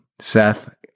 Seth